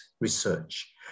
research